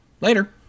Later